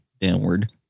downward